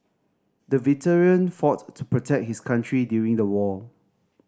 the veteran fought to protect his country during the war